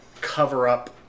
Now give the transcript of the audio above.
cover-up